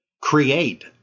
create—